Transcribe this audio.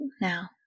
Now